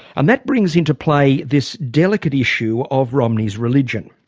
and that brings into play this delicate issue of romney's religion.